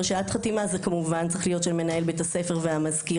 הרשאת חתימה צריכה להיות של מנהל בית הספר והמזכירה.